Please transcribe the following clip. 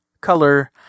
color